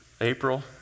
April